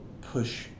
push